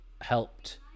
helped